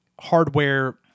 hardware